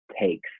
takes